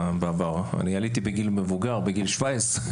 אני עליתי בגיל מבוגר בגיל 17,